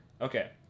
Okay